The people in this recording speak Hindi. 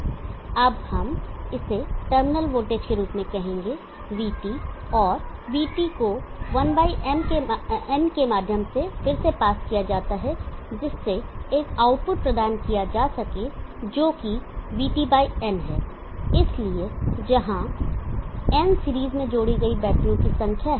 अब हम इसे टर्मिनल वोल्टेज के रूप में कहेंगे VT और VT को 1n के माध्यम से फिर से पास किया जाता है जिससे एक आउटपुट प्रदान किया जा सके जो कि VT n है इसलिए जहां n सीरीज में जोड़ी गई बैटरीओ की संख्या है